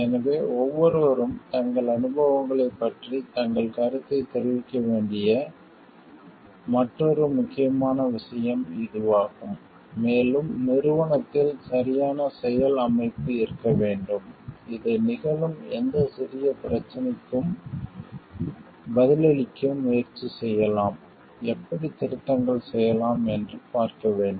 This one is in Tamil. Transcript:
எனவே ஒவ்வொருவரும் தங்கள் அனுபவங்களைப் பற்றி தங்கள் கருத்தைத் தெரிவிக்க வேண்டிய மற்றொரு முக்கியமான விஷயம் இதுவாகும் மேலும் நிறுவனத்தில் சரியான செயல் அமைப்பு இருக்க வேண்டும் இது நிகழும் எந்த சிறிய பிரச்சனைக்கும் பதிலளிக்க முயற்சி செய்யலாம் எப்படி திருத்தங்கள் செய்யலாம் என்று பார்க்க வேண்டும்